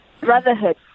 brotherhood